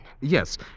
Yes